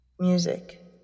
Music